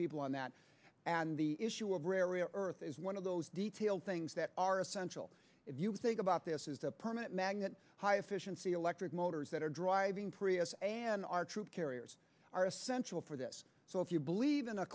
people on that and the issue of rare earth is one of those details things that are essential if you think about this is a permanent magnet high efficiency electric motors that are driving prius and our troop carriers are essential for this so if you i believe in